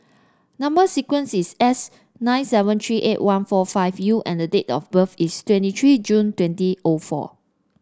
number sequence is S nine seven three eight one four five U and the date of birth is twenty three June twenty O four